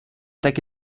так